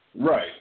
Right